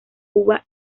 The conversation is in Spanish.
cuba